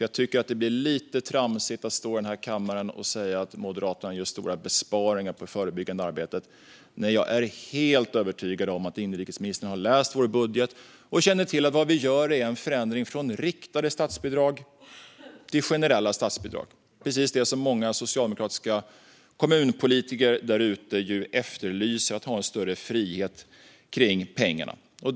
Jag tycker att det är lite tramsigt att stå i kammaren och säga att Moderaterna gör stora besparingar på det förebyggande arbetet när jag är helt övertygad om att inrikesministern har läst vår budget och känner till att vad vi gör är en förändring från riktade statsbidrag till generella statsbidrag. Det är precis det som många socialdemokratiska kommunpolitiker där ute efterlyser, det vill säga en större frihet kring pengarna.